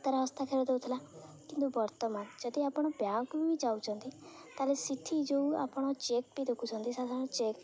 ତା'ର ହସ୍ତାକ୍ଷର ଦଉଥିଲା କିନ୍ତୁ ବର୍ତ୍ତମାନ ଯଦି ଆପଣ ବ୍ୟାଙ୍କ ବି ଯାଉଛନ୍ତି ତା'ହେଲେ ସିଠି ଯେଉଁ ଆପଣ ଚେକ୍ ବି ଦେଖୁଛନ୍ତି ସାଧାରଣ ଚେକ୍